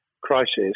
crisis